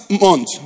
month